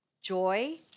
joy